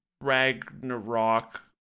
Ragnarok